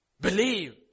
Believe